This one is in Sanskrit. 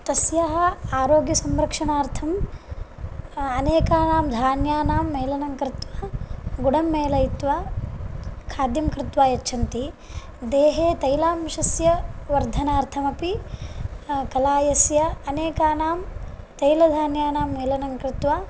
तस्याः आरोग्यसंरक्षणार्थम् अनेकानां धान्यानां मेलनं कृत्वा गुडं मेलयित्वा खाद्यं कृत्वा यच्छन्ति देहे तैलांशस्य वर्धनार्थमपि कलायस्य अनेकानां तैलधान्यानां मेलनं कृत्वा